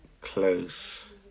close